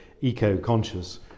eco-conscious